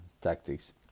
tactics